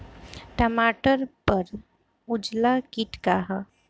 टमाटर पर उजला किट का है?